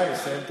לכן, יש דרך אחת